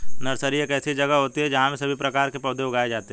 nursery एक ऐसी जगह होती है जहां सभी प्रकार के पौधे उगाए जाते हैं